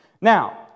Now